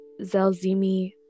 zelzimi